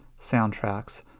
soundtracks